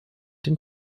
den